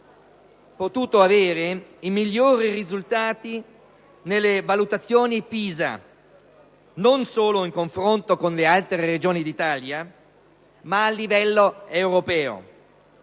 Abbiamo avuto i migliori risultati nelle valutazioni PISA, non solo in confronto alle altre Regioni d'Italia ma a livello europeo.